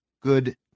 good